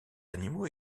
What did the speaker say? animaux